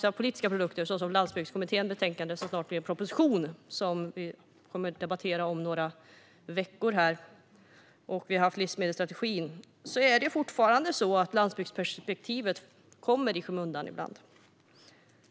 Vi har politiska produkter som Landsbygdskommitténs betänkande som snart blir en proposition som vi kommer att debattera om några veckor här. Vi har haft livsmedelsstrategin. Men det är fortfarande så att landsbygdsperspektivet kommer i skymundan ibland.